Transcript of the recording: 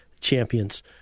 champions